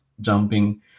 jumping